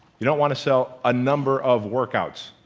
you don't want to sell a number of workouts.